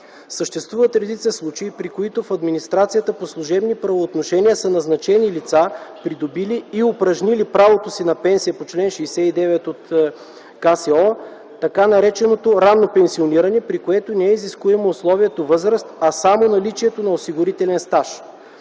Съществуват редица случаи, при които в администрацията по служебни правоотношения са назначени лица, придобили и упражнили правото си на пенсия по чл. 69 от Кодекса за социално осигуряване, така нареченото „ранно пенсиониране”, при което не е изискуемо условието „възраст”, а само наличието на осигурителен стаж.